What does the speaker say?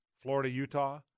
Florida-Utah